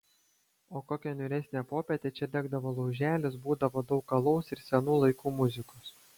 o kokią niūresnę popietę čia degdavo lauželis būdavo daug alaus ir senų laikų muzikos